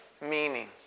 meaning